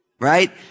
Right